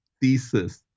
thesis